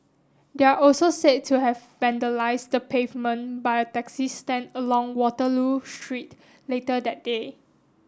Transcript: they are also said to have vandalized the pavement by a taxi stand along Waterloo Street later that day